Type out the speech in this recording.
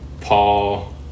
paul